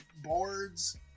boards